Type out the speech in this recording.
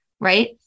right